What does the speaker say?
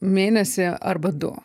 mėnesį arba du